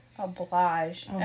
Oblige